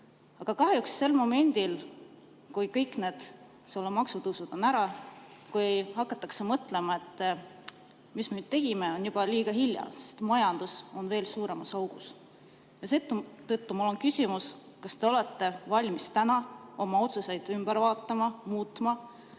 Aga kahjuks sel momendil, kui kõik need maksutõusud on ära tehtud ja hakatakse mõtlema, et mis me nüüd tegime, on juba liiga hilja, sest majandus on veel suuremas augus. Seetõttu mul on küsimus: kas te olete valmis täna oma otsuseid üle vaatama, ümber